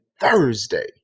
Thursday